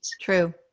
True